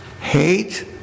Hate